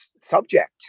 subject